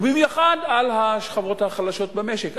ובמיוחד על השכבות החלשות במשק.